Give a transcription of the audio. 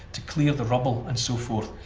to clear the rubble and so forth.